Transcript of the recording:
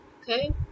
okay